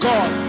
God